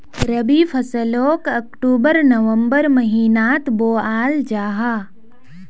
रबी फस्लोक अक्टूबर नवम्बर महिनात बोआल जाहा